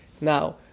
Now